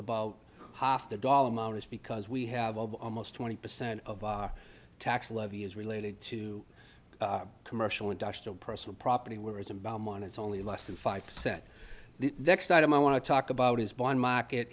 about half the dollar amount is because we have almost twenty percent of our tax levy is related to commercial industrial personal property where as a bomb on it's only less than five percent the next item i want to talk about is bond market